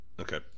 Okay